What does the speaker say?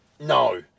no